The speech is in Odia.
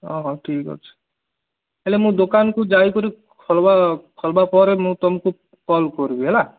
ହଁ ହଁ ଠିକ୍ ଅଛି ହେଲେ ମୁଁ ଦୋକାନକୁ ଯାଇକରି ଖୋଲିବା ଖୋଲିବା ପରେ ମୁଁ ତମକୁ କଲ୍ କରିବି ହେଲା